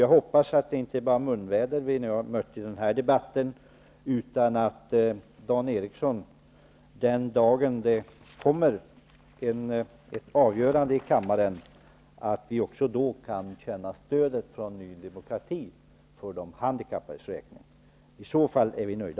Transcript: Jag hoppas att det inte är bara munväder vi har mött i debatten, utan att vi, den dag det kommer till ett avgörande i kammaren, kan känna stöd från Ny demokrati för de handikappade. I så fall är vi nöjda.